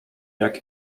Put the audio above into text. jak